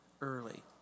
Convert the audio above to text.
early